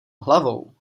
hlavou